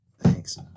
Thanks